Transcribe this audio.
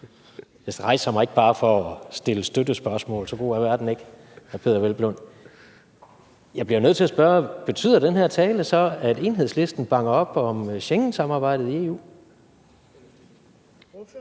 jeg rejser mig ikke bare for at stille støttespørgsmål – så god er verden ikke, hr. Peder Hvelplund. Jeg bliver nødt til at spørge, om den her tale så betyder, at Enhedslisten bakker op om Schengensamarbejdet i EU.